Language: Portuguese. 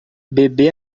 bebê